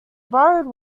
borrowed